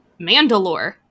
Mandalore